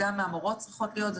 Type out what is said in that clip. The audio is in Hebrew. גם המורות צריכות להיות מוגנות.